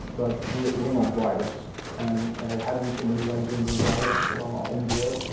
but we're we're not writers and having somebody like john gonzalez on board.